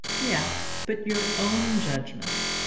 yes but your own judgment